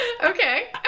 Okay